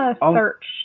search